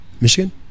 Michigan